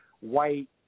White